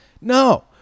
No